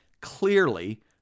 Clearly